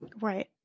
Right